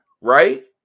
Right